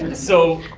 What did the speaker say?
so,